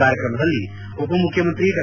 ಕಾರ್ಯಕ್ರಮದಲ್ಲಿ ಉಪಮುಖ್ಯಮಂತ್ರಿ ಡಾ